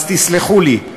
אז תסלחו לי.